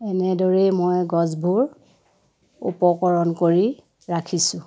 এনেদৰে মই গছবোৰ উপকৰণ কৰি ৰাখিছোঁ